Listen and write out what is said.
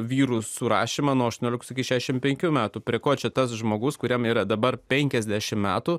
vyrų surašymą nuo aštuoniolikos iki šiašim penkių metų prie ko čia tas žmogus kuriam yra dabar penkiasdešim metų